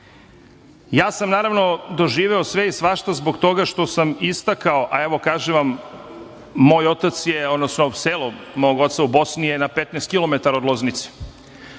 da sam doživeo sve i svašta zbog toga što sam istakao, a evo kažem vam, moj otac je, odnosno selo mog oca u Bosni je na 15 kilometara od Loznice.